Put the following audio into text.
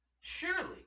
Surely